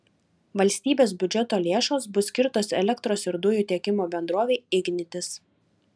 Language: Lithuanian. valstybės biudžeto lėšos bus skirtos elektros ir dujų tiekimo bendrovei ignitis